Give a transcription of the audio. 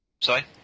Sorry